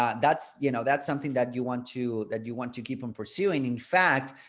um that's, you know, that's something that you want to that you want to keep them pursuing. in fact,